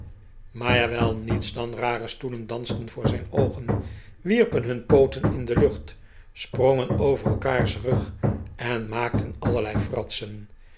maar jawel niets dan rare stoelen dansten voor zijn oogen wierpen hun pooten in de lucht sprongen over elkaars rug en maakten allerlei fratsen